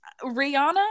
Rihanna